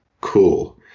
cool